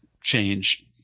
change